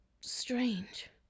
strange